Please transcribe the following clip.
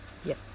yup